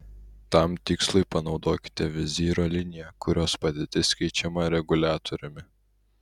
tam tikslui panaudokite vizyro liniją kurios padėtis keičiama reguliatoriumi